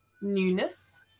newness